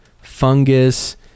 fungus